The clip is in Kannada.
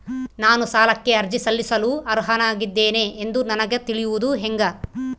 ನಾನು ಸಾಲಕ್ಕೆ ಅರ್ಜಿ ಸಲ್ಲಿಸಲು ಅರ್ಹನಾಗಿದ್ದೇನೆ ಎಂದು ನನಗ ತಿಳಿಯುವುದು ಹೆಂಗ?